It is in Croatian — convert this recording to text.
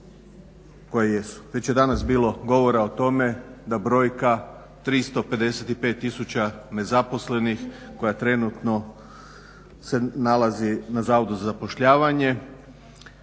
Već je danas bilo govora o tome da brojka 355 tisuća nezaposlenih koja trenutno se nalazi na Zavodu za zapošljavanje